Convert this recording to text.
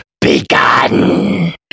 begun